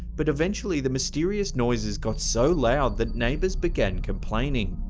but eventually the mysterious noises got so loud that neighbors began complaining.